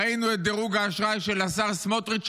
ראינו את דירוג האשראי של השר סמוטריץ',